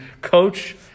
coach